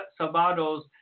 Sabados